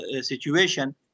situation